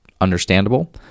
understandable